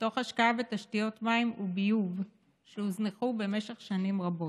תוך השקעה בתשתיות מים וביוב שהוזנחו במשך שנים רבות.